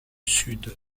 sud